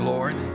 Lord